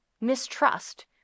mistrust